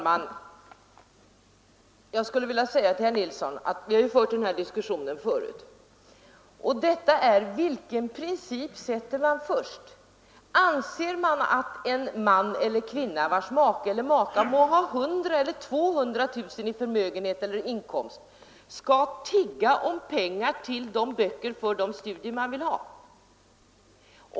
Herr talman! Vi har fört den här diskussionen förut, herr Nilsson i Kristianstad, och den gäller: Vilken princip sätter man först? Anser man att en man eller kvinna, vars make eller maka må ha 100 000 eller 200 000 kronor i förmögenhet eller inkomst, skall tigga om pengar till böcker för de studier han eller hon vill bedriva?